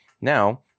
Now